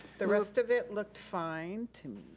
the rest of it looked fine to me.